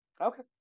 Okay